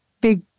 big